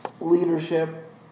leadership